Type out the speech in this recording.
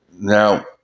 Now